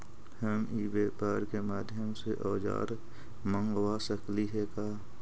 हम ई व्यापार के माध्यम से औजर मँगवा सकली हे का?